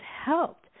helped